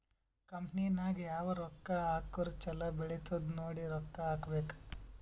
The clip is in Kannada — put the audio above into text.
ಕಂಪನಿ ನಾಗ್ ಯಾವಾಗ್ ರೊಕ್ಕಾ ಹಾಕುರ್ ಛಲೋ ಬೆಳಿತ್ತುದ್ ನೋಡಿ ರೊಕ್ಕಾ ಹಾಕಬೇಕ್